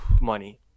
Money